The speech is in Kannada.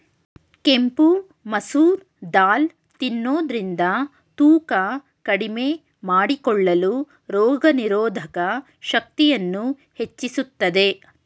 ಕೆಂಪು ಮಸೂರ್ ದಾಲ್ ತಿನ್ನೋದ್ರಿಂದ ತೂಕ ಕಡಿಮೆ ಮಾಡಿಕೊಳ್ಳಲು, ರೋಗನಿರೋಧಕ ಶಕ್ತಿಯನ್ನು ಹೆಚ್ಚಿಸುತ್ತದೆ